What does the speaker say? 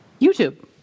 YouTube